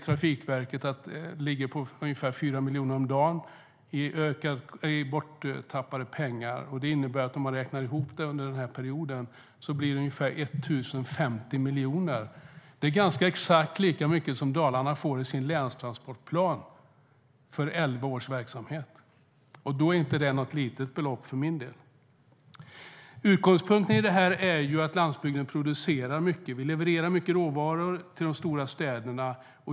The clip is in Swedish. Trafikverket säger att det är fråga om ungefär 4 miljoner om dagen i borttappade pengar. Hopräknat under den här perioden blir det ungefär 1 050 miljoner. Det är nästan exakt lika mycket som Dalarna får i sin länstransportplan för elva års verksamhet. Det är inte något litet belopp för min del. Utgångspunkten är att landsbygden producerar mycket. Vi levererar mycket råvaror till de stora städerna.